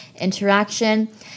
interaction